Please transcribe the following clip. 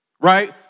Right